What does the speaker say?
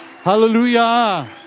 Hallelujah